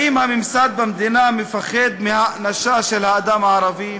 האם הממסד במדינה מפחד מהאנשה של האדם הערבי?